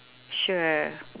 sure